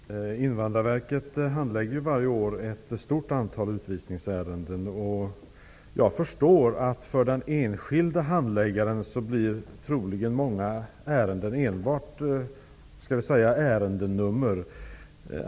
Herr talman! Invandrarverket handlägger varje år ett stort antal utvisningsärenden, och jag förstår att många ärenden kan bli enbart nummer för den enskilde handläggaren.